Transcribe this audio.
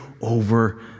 over